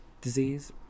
disease